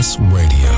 Radio